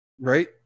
Right